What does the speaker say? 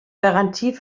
garantie